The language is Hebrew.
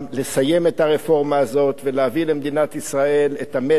לסיים את הרפורמה הזאת ולהביא למדינת ישראל את המסר,